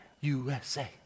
USA